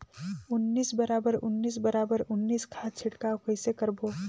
उन्नीस बराबर उन्नीस बराबर उन्नीस खाद छिड़काव कइसे करबो?